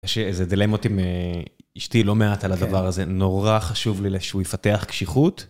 יש איזה דילמות עם אשתי לא מעט על הדבר הזה, נורא חשוב לי שהוא יפתח קשיחות.